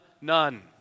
none